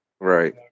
Right